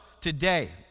today